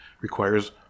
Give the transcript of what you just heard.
requires